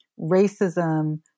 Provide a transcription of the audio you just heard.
racism